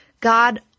God